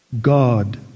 God